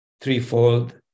threefold